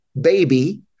baby